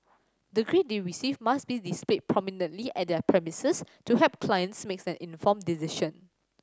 the grade they receive must be displayed prominently at their premises to help clients makes an informed decision